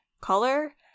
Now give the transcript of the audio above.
color